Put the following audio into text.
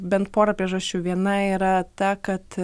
bent pora priežasčių viena yra ta kad